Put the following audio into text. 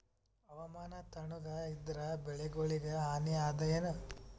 ಹವಾಮಾನ ತಣುಗ ಇದರ ಬೆಳೆಗೊಳಿಗ ಹಾನಿ ಅದಾಯೇನ?